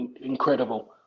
incredible